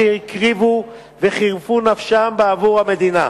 שהקריבו וחירפו נפשם בעבור המדינה.